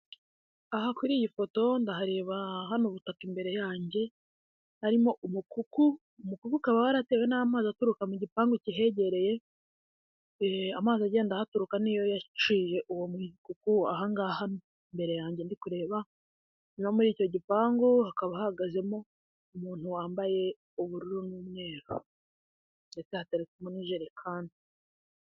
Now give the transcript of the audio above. Aha kuri iyi foto ndahareba hano ubutaka imbere yange harimo umukuku ukaba waratewe n'amazi aturuka mu gipangu kegereye amazi agenda ahaturuka niyo yaciye uwo mukuku ahangaha mbere yange ndikuba no muri icyo gipangu hakaba hahagazemo umuntu wambaye ubururu n'umweru ndetse hateretsemo n'ijerekani.